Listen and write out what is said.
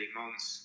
months